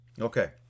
Okay